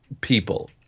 people